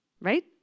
right